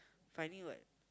finding what